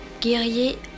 guerrier